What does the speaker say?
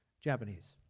japanese,